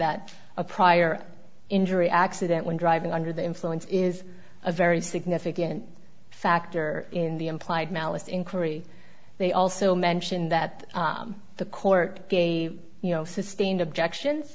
that a prior injury accident when driving under the influence is a very significant factor in the implied malice inquiry they also mention that the court gave you no sustained objections